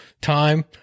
time